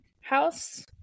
house